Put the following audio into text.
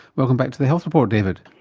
welcome back to the health report david.